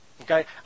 Okay